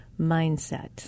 mindset